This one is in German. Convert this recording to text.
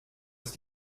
ist